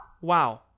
wow